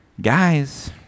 Guys